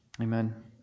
Amen